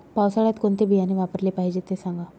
पावसाळ्यात कोणते बियाणे वापरले पाहिजे ते सांगा